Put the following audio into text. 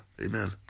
Amen